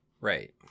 Right